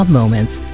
Moments